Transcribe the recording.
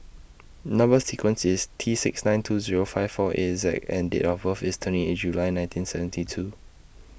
Number sequence IS T six nine two Zero five four eight Z and Date of birth IS twenty eight July nineteen seventy two